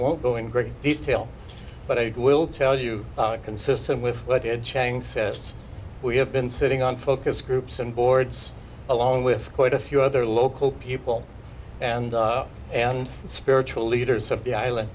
won't go into great detail but i will tell you consistent with what we have been sitting on focus groups and boards along with quite a few other local people and and the spiritual leaders of the island